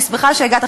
אני שמחה שהגעת,